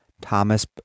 Thomas